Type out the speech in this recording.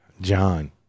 John